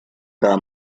cada